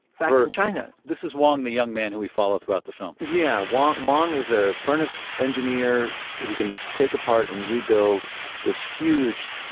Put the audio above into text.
back in china this is wong, the young man who we follow throughout the film? yeah, wong wong is a furnace engineer who can take apart and rebuild this huge,